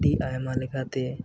ᱟᱹᱰᱤ ᱟᱭᱢᱟ ᱞᱮᱠᱟᱛᱮ